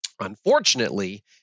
unfortunately